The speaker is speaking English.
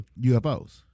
UFOs